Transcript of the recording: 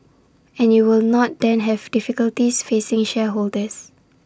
and you will not then have difficulties facing shareholders